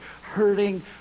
hurting